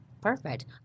Perfect